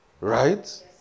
Right